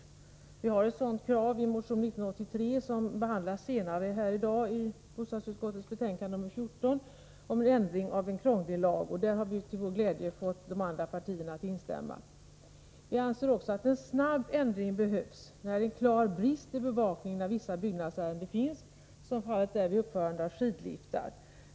Vi har ett sådant krav på ändring av en krånglig lag i motion 1983, som behandlas senare i dag i samband med bostadsutskottets betänkande 14, och där har vi till vår glädje fått de andra partierna att instämma. Vi anser också att en snabb ändring behövs när en klar brist i bevakningen av vissa byggnadsärenden finns, som fallet är vid uppförande av skidliftar.